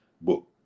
book